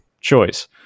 choice